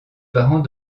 parents